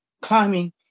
climbing